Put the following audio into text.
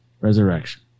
Resurrection